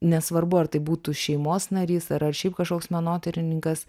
nesvarbu ar tai būtų šeimos narys ar ar šiaip kažkoks menotyrininkas